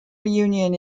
reunion